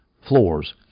floors